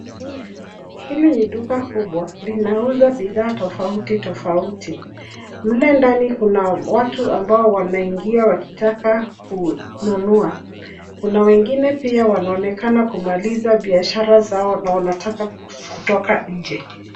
Hili ni duka kubwa linauza bidhaa tofauti tofauti. Mle ndani kuna watu ambao wanaingia wakitaka kununua na wengine pia wanaonekana kumaliza biashara zao na wanataka kutoka nje.